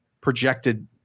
projected